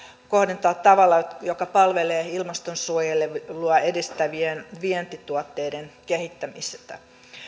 kohdentaa tavalla joka palvelee ilmastonsuojelua edistävien vientituotteiden kehittämistä